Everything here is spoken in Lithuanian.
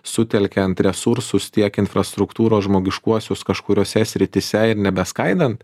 sutelkiant resursus tiek infrastruktūros žmogiškuosius kažkuriose srityse ir nebeskaidant